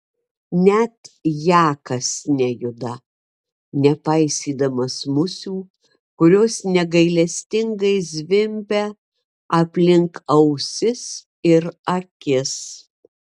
net jakas nejuda nepaisydamas musių kurios negailestingai zvimbia aplink ausis ir akis